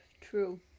True